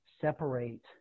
separate